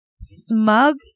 smug